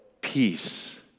peace